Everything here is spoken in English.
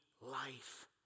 life